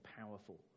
powerful